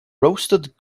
roasted